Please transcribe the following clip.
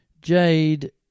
Jade